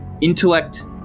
intellect